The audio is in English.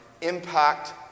impact